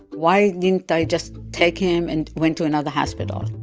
why didn't i just take him and went to another hospital?